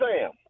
Sam